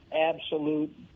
absolute